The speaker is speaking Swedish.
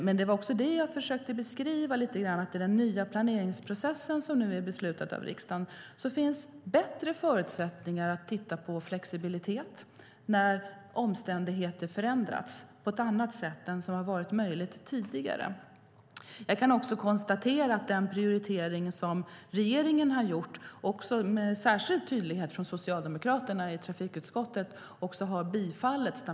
Men som jag försökte beskriva blir det med den nya planeringsprocessen, som nu är beslutad av riksdagen, förutsättningar för flexibilitet på ett sätt som inte varit möjligt tidigare när omständigheter förändras. Jag kan konstatera att den prioritering som regeringen har gjort med tydligt stöd av Socialdemokraterna i trafikutskottet har bifallits.